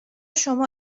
شما